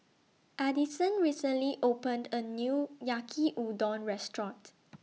Adison recently opened A New Yaki Udon Restaurant